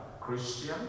Christian